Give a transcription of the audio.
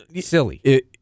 Silly